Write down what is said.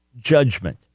judgment